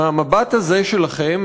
מהמבט הזה שלכם,